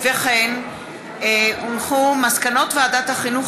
מסקנות ועדת החינוך,